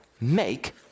make